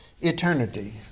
eternity